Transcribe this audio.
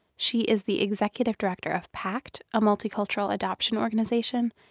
she is the executive director of pact, a multicultural adoption organization,